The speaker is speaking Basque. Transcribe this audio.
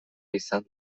izan